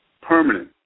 permanent